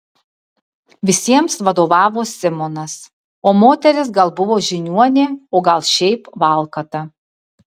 visiems vadovavo simonas o moteris gal buvo žiniuonė o gal šiaip valkata